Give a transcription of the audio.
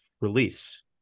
release